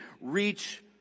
reach